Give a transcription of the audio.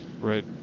Right